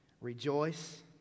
Rejoice